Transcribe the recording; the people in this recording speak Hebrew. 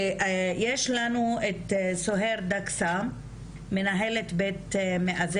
העניין של אשפוז ביתי כפוי או אשפוז ביתי,